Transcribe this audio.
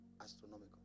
astronomical